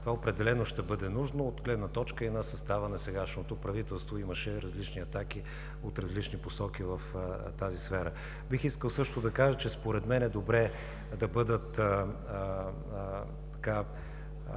Това определено ще бъде нужно от гледна точка и на състава на сегашното правителство – имаше различни атаки от различни посоки в тази сфера. Бих искал също да кажа, че според мен е добре да бъдат